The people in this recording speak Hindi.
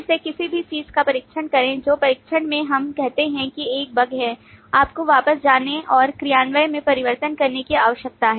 फिर से किसी भी चीज़ का परीक्षण करें जो परीक्षण में हम कहते हैं कि एक बग है आपको वापस जाने और कार्यान्वयन में परिवर्तन करने की आवश्यकता है